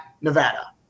Nevada